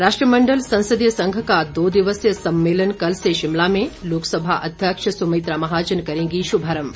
राष्ट्रमण्डल संसदीय संघ का दो दिवसीय सम्मेलन कल से शिमला में लोकसभा अध्यक्ष सुमित्रा महाजन करेंगी शुभारम्भ